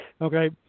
okay